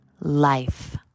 life